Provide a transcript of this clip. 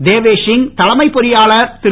தேவேஷ் சிங் தலைமை பொறியாளர் திரு